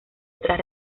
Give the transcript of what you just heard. otras